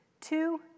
two